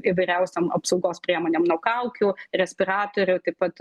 įvairiausiom apsaugos priemonėm nuo kaukių respiratorių taip pat